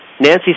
nancy